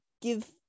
give